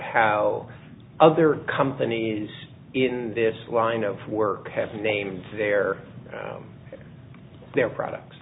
how other companies in this line of work have named their their products